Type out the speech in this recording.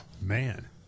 man